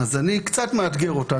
אני קצת מאתגר אותה,